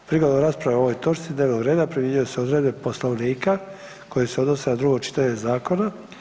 Prigodom rasprave o ovoj točci dnevnog reda primjenjuju se odredbe Poslovnika koje se odnose na drugo čitanje zakona.